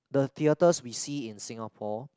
the theatres we see in Singapore